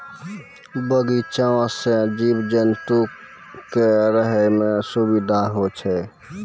बगीचा सें जीव जंतु क रहै म सुबिधा होय छै